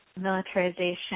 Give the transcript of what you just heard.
militarization